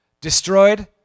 destroyed